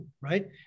right